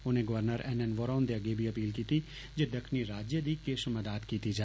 उनें governor N N Vohra हंदे अग्गे बी अपील कीती जे दक्खनी राज्य दी किश मदाद कीती जा